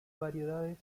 variedades